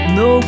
no